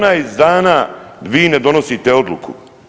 18 dana vi ne donosite odluku.